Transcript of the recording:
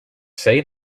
say